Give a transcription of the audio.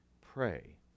Pray